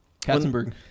Katzenberg